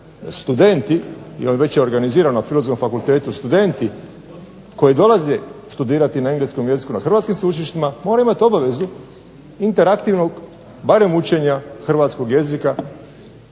Studenti, jer već je organizirano na Filozofskom fakultetu, studenti koji dolaze studirati na engleskom jeziku na hrvatskim sveučilištima moraju imati obavezu interaktivnog barem učenja hrvatskog jezika